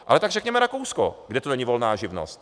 Ale tak řekněme Rakousko, kde to není volná živnost.